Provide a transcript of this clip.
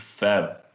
Feb